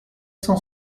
cent